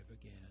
again